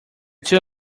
two